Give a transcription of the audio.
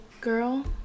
girl